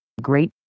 Great